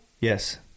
Yes